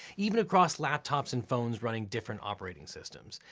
even across laptops and phones running different operating systems.